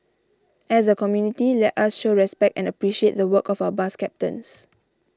as a community let us show respect and appreciate the work of our bus captains